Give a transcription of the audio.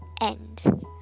end